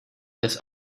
this